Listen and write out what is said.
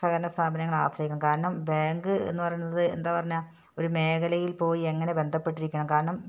സഹകരണ സ്ഥാപനങ്ങളെ ആശ്രയിക്കും കാരണം ബാങ്ക് എന്ന് പറയുന്നത് എന്താ പറഞ്ഞാൽ ഒരു മേഖലയിൽ പോയി എങ്ങനെ ബന്ധപ്പെട്ടിരിക്കണം കാരണം